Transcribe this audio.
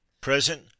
Present